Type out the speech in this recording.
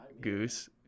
Goose